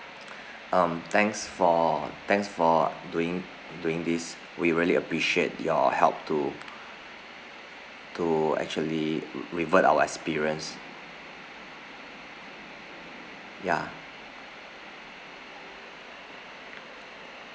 um thanks for thanks for doing doing this we really appreciate your help to to actually revert our experience ya